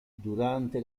durante